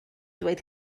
dweud